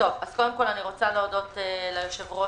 קודם כל, אני רוצה להודות ליושב-ראש